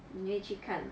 你会去看